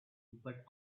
but